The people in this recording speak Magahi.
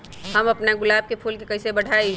हम अपना गुलाब के फूल के कईसे बढ़ाई?